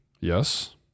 Yes